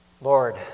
Lord